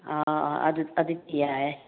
ꯑꯥ ꯑꯥ ꯑꯥ ꯑꯗꯨꯗꯤ ꯌꯥꯏꯌꯦ